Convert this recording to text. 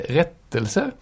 rättelse